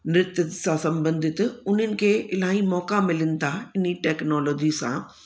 नृत्य सां संबंधित उन्हनि खे इलाही मौक़ा मिलनि था इन्ही टेक्नोलॉजी सां